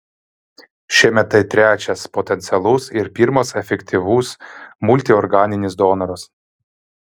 šiemet tai trečias potencialus ir pirmas efektyvus multiorganinis donoras